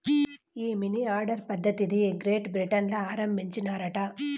ఈ money order పద్ధతిది Great Britain ల ఆరంబించినారట